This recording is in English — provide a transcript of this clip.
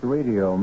Radio